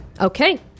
Okay